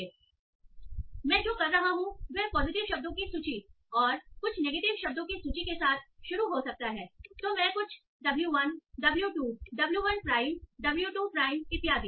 इसलिए मैं जो कर रहा हूं वह पॉजिटिव शब्दों की सूची और कुछ नेगेटिव शब्दों की सूची के साथ शुरू हो सकता है तो मैं कुछ w 1 w 2 w 1 prime w 2 prime इत्यादि